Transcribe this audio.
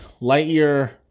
Lightyear